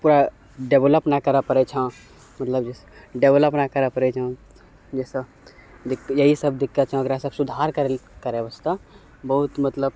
ओकरा डेवेलप नहि करऽ पड़ै छऽ मतलब जइसँ डेवेलप करऽ पड़ै छऽ जइसँ इएहसब दिक्कत छऽ सब सुधार करैके लेल करै वास्ते बहुत मतलब